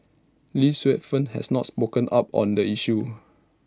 lee Suet Fern has not spoken up on the issue